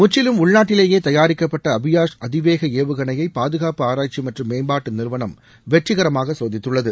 முற்றிலும் உள்நாட்டிலே தயாரிக்கப்பட்ட அபியாஷ் அதிவேக ஏவுகணையை பாதுகாப்பு ஆராய்ச்சி மற்றும் மேம்பாட்டு நிறுவனம் வெற்றிகரமாக சோதித்துள்ளது